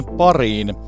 pariin